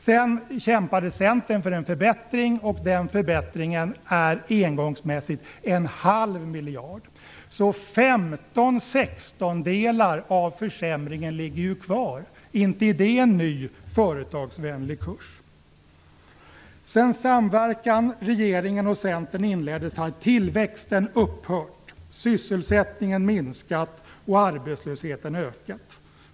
Sedan kämpade Centern för en förbättring, och den uppgår till en halv miljard. Femton sextondelar av försämringen ligger alltså kvar. Inte är det en ny, företagsvänlig kurs! Sedan samverkan mellan regeringen och Centern inleddes har tillväxten upphört, sysselsättningen minskat och arbetslösheten ökat.